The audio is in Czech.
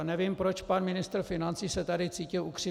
Nevím, proč pan ministr financí se tady cítil ukřivděn.